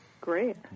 Great